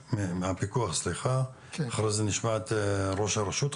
טוראל מהפיקוח, אחרי זה נשמע את ראש הרשות.